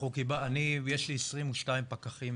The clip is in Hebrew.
יש לי 22 פקחים